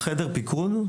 בחדר פיקוד,